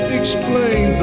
explain